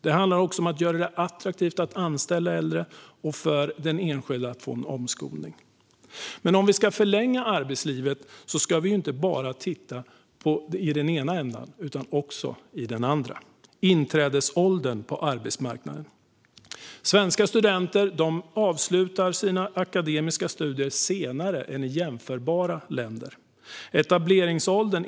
Det handlar även om att göra det attraktivt att anställa äldre och attraktivt för den enskilde att omskola sig. Om vi ska förlänga arbetslivet ska vi dock inte titta enbart på den ena änden utan också på den andra, nämligen inträdesåldern på arbetsmarknaden. Svenska studenter avslutar sina akademiska studier senare än studenter i jämförbara länder.